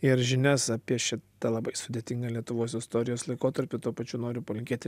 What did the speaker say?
ir žinias apie šitą labai sudėtingą lietuvos istorijos laikotarpį tuo pačiu noriu palinkėti